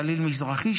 גליל מזרחי,